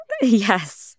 Yes